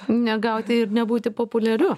negauti ir nebūti populiariu